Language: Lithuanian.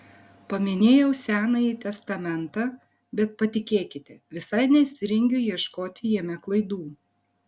paminėjau senąjį testamentą bet patikėkite visai nesirengiu ieškoti jame klaidų